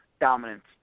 dominance